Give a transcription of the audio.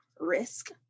risk